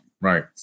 Right